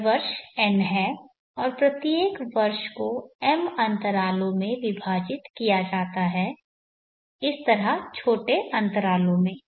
यह वर्ष n है और प्रत्येक वर्ष को m अंतरालों में विभाजित किया जाता है इस तरह छोटे अंतरालों में